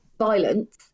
violence